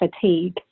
fatigue